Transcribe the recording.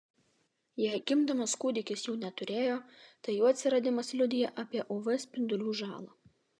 jei gimdamas kūdikis jų neturėjo tai jų atsiradimas liudija apie uv spindulių žalą